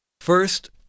first